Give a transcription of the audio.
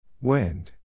Wind